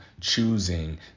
choosing